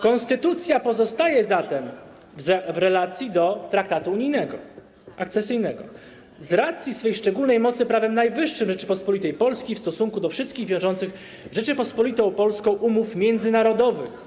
Konstytucja pozostaje zatem - w relacji do traktatu unijnego, akcesyjnego - z racji swojej szczególnej mocy, prawem najwyższym Rzeczypospolitej Polskiej w stosunku do wszystkich wiążących Rzeczpospolitą Polską umów międzynarodowych.